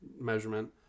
measurement